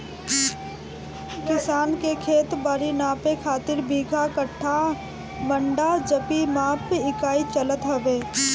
किसान के खेत बारी नापे खातिर बीघा, कठ्ठा, मंडा, जरी माप इकाई चलत हवे